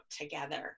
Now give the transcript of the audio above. together